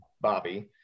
Bobby